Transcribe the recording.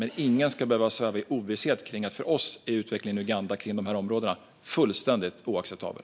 Men ingen ska behöva sväva i ovisshet om att för oss är utvecklingen i Uganda på de här områdena fullständigt oacceptabel.